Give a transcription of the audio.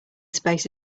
space